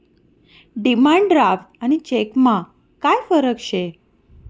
demand draft आणि चेकमा काय फरक शे